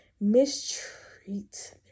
mistreat